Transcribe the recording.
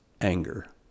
anger